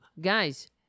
guys